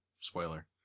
Spoiler